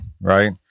right